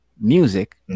music